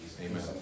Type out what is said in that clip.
Amen